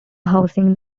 housing